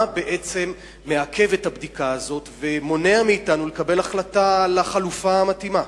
מה בעצם מעכב את הבדיקה הזאת ומונע מאתנו לקבל החלטה על החלופה המתאימה?